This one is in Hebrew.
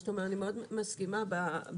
אני מסכימה עם מה שאתה אומר,